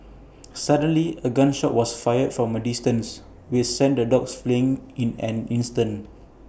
suddenly A gun shot was fired from A distance which sent the dogs fleeing in an instant